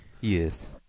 Yes